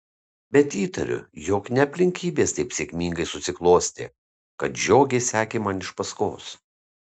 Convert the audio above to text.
bet įtariu jog ne aplinkybės taip sėkmingai susiklostė kad žiogė sekė man iš paskos